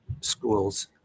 schools